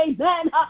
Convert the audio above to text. Amen